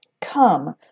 come